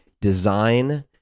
design